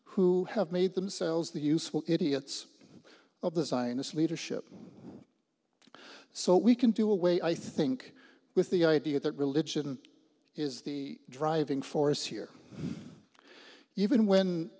who have made themselves the useful idiots of the zionist leadership so we can do away i think with the idea that religion is the driving force here even when